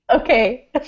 Okay